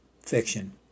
fiction